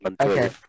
Okay